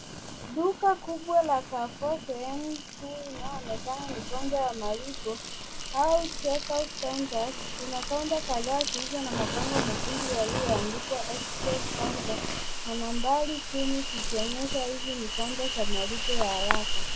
Duka kubwa la, carrefour. Sehemu kuu inayoonekana ni counter ya malipo au check out counters .Kuna counter kadhaa zilizo na mabango mekundu yaliyoandikwa, express counter, na nambari kumi ikionyesha hizi ni counter za malipo ya haraka.